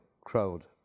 crowd